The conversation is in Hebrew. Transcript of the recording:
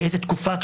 באיזו תקופה.